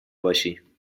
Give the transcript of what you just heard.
باشی